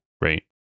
Right